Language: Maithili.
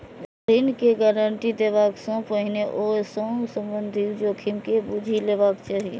ऋण के गारंटी देबा सं पहिने ओइ सं संबंधित जोखिम के बूझि लेबाक चाही